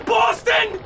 Boston